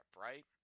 right